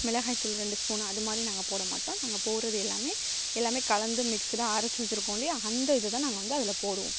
மிளகாய்த்தூள் ரெண்டு ஸ்பூன்னு அதுமாதிரி நாங்கள் போடமாட்டோம் நாங்கள் போடுறது எல்லாமே எல்லாமே கலந்து மிக்ஸுடாக அரைச்சு வச்சுருக்கோம் இல்லையா அந்த இதை தான் நாங்கள் வந்து அதில் போடுவோம்